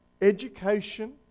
education